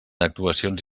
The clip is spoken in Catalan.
actuacions